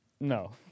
No